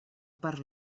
per